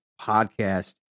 podcast